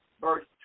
verse